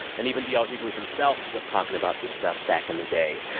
and even d l. hughley himself was talking about this stuff back in the day.